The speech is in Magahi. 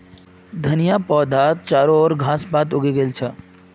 धनिया पौधात चारो ओर घास पात उगे गेल छ